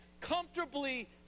comfortably